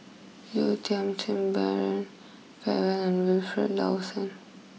Yeo Tiam Siew Brian Farrell and Wilfed Lawson